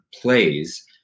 plays